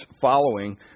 following